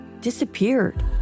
disappeared